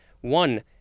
one